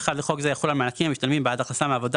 1 לחוק זה יחול על מענקים המשתלמים בעד הכנסה מעבודה